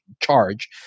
charge